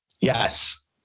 Yes